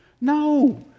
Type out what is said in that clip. No